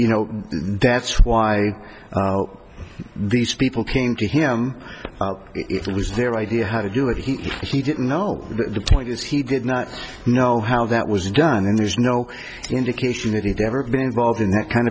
you know that's why these people came to him it was their idea how to do it he he didn't know but the point is he did not know how that was done and there's no indication that he did ever been involved in that kind